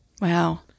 wow